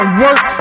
work